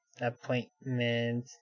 appointment